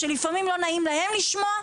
שלפעמים לא נעים להם לשמוע,